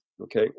okay